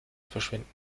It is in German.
verschwinden